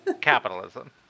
capitalism